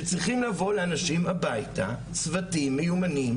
שצריכים לבוא לאנשים הביתה צוותים מיומנים,